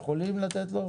האם אנחנו יכולים לתת לו?